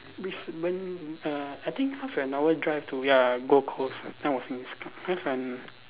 Brisbane uh I think half an hour drive to ya gold coast less than